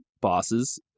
bosses